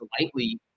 lightly